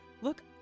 Look